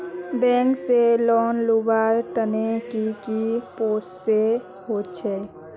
Bank से loan लुबार तने की की प्रोसेस होचे?